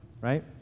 right